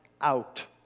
out